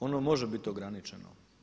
Ono može bit ograničeno.